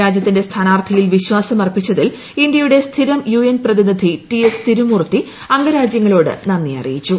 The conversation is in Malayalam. രാജ്യത്തിന്റെ സ്ഥാനാർത്ഥിയിൽ വിശ്വാസം അർപ്പിച്ചത്തിൽ ഇന്ത്യയുടെ സ്ഥിരം യുഎൻ പ്രതിനിധി ടി എസ് തിരുമൂർത്തി അംഗരാജ്യങ്ങളോട് നന്ദി അറിയിച്ചു